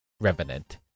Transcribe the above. revenant